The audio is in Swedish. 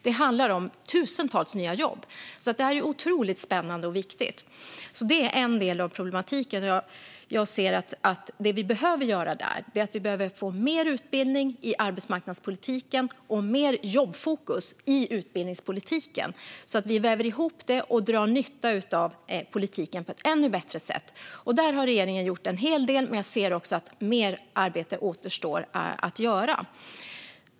Det handlar om tusentals nya jobb. Detta är otroligt spännande och viktigt. Detta är en del av problematiken. Det som jag ser att vi behöver göra där är att få mer utbildning i arbetsmarknadspolitiken och mer jobbfokus i utbildningspolitiken, så att vi väver ihop det och drar nytta av politiken på ett ännu bättre sätt. Där har regeringen gjort en hel del. Men jag ser också att mer arbete återstår att göra.